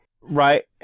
right